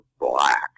black